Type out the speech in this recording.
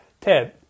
Ted